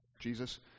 Jesus